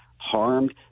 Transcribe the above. Harmed